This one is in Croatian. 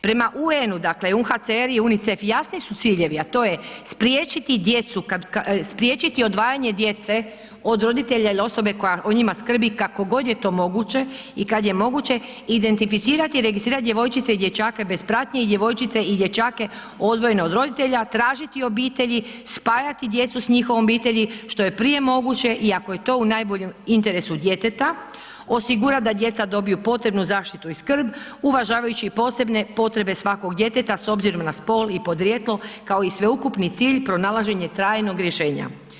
Prema UN-u, dakle UNHCR i UNICEF jasni su ciljevi, a to je spriječiti djecu, spriječiti odvajanje djece od roditelja ili osobe koja o njima skrbi kako god je to moguće i kad je moguće identificirat i registrirat djevojčice i dječake bez pratnje i djevojčice i dječake odvojene od roditelje, tražiti obitelji, spajati djecu s njihovom obitelji što je prije moguće i ako je to u najboljem interesu djeteta, osigurat da djeca dobiju potrebnu zaštitu i skrb uvažavajući posebne potrebe svakog djeteta s obzirom na spol i podrijetlo, kao i sveukupni cilj pronalaženje trajnog rješenja.